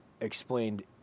explained